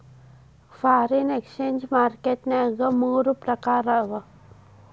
foreign exchange market ನ್ಯಾಗ ಮೂರ್ ಪ್ರಕಾರವ